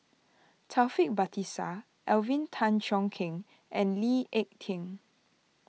Taufik Batisah Alvin Tan Cheong Kheng and Lee Ek Tieng